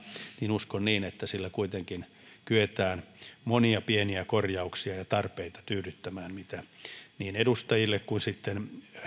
uskon että sillä kuitenkin kyetään monia pieniä korjauksia tekemään ja tarpeita tyydyttämään mitä niin edustajille kuin sitten